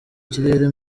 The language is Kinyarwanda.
kirere